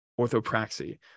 orthopraxy